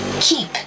Keep